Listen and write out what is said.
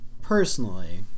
personally